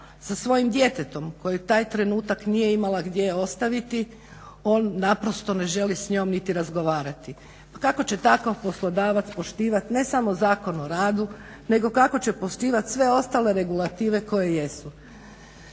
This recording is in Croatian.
sa svojim djetetom koji taj trenutak nije imala gdje ostaviti on naprosto ne želi s njom niti razgovarati. Kako će takav poslodavac poštivati ne samo Zakon o radu, nego kako će poštivat sve ostale regulative koje jesu.